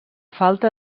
falta